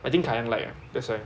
I think kayan like ah that's why